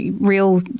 real